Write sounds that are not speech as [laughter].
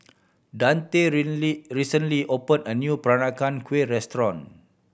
Dante [unintelligible] recently opened a new Peranakan Kueh restaurant